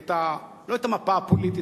לא את המפה הפוליטית,